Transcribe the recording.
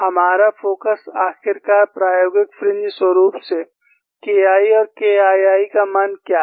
हमारा फोकस आखिरकार प्रायोगिक फ्रिंज स्वरुप से K I और K II का मान क्या है